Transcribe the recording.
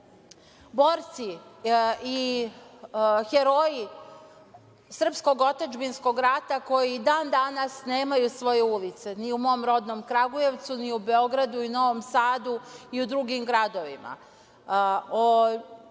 borci i heroji srpskog otadžbinskog rata koji i dan danas nemaju svoje ulice ni u mom rodnom Kragujevcu, ni u Beogradu i Novom Sadu i u drugim gradovima.O